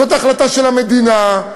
זאת החלטה של המדינה.